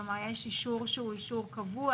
יש אישור שהוא אישור קבוע,